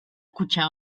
kutxa